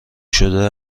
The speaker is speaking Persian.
شده